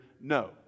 no